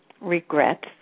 regrets